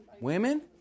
Women